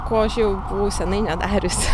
ko aš jau buvau senai nedariusi